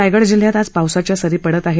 रायगड जिल्ह्यात आज पावसाच्या सरी पडत आहेत